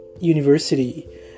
university